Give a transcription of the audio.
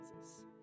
Jesus